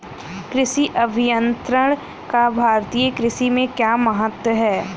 कृषि अभियंत्रण का भारतीय कृषि में क्या महत्व है?